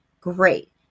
Great